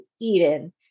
Eden